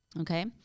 okay